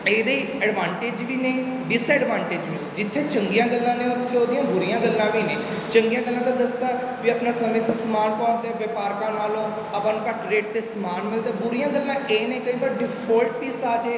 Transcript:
ਇਹਦੇ ਐਡਵਾਂਟੇਜ ਵੀ ਨੇ ਡਿਸਐਡਵਾਂਟੇਜ ਵੀ ਜਿੱਥੇ ਚੰਗੀਆਂ ਗੱਲਾਂ ਨੇ ਉੱਥੇ ਉਹਦੀਆਂ ਬੁਰੀਆਂ ਗੱਲਾਂ ਵੀ ਨੇ ਚੰਗੀਆਂ ਗੱਲਾਂ ਤਾਂ ਦੱਸ ਤਾ ਵੀ ਆਪਣਾ ਸਮੇਂ ਸਿਰ ਸਮਾਨ ਪਹੁੰਚਦਾ ਵਪਾਰੀਆਂ ਨਾਲੋਂ ਆਪਾਂ ਨੂੰ ਘੱਟ ਰੇਟ 'ਤੇ ਸਮਾਨ ਮਿਲਦਾ ਬੁਰੀਆਂ ਗੱਲਾਂ ਇਹ ਨੇ ਕਈ ਵਾਰ ਡਿਫੋਲਟ ਪੀਸ ਆ ਜਾਏ